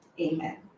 Amen